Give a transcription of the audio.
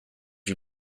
you